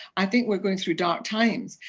i think we are going through dark times,